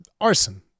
arson